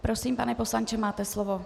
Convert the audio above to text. Prosím, pane poslanče, máte slovo.